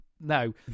No